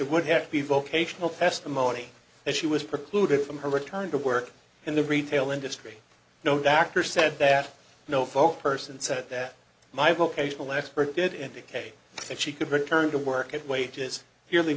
would have to be vocational testimony and she was precluded from her time to work in the retail industry no doctor said that no folk person said that my vocational expert did indicate that she could return to work at wages